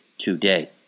Today